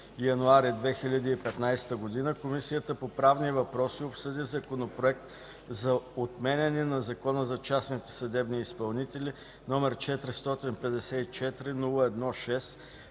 януари 2015 г., Комисията по правни въпроси обсъди Законопроект за отменяне на Закона за частните съдебни изпълнители, № 454-01-6,